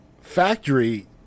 factory